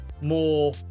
more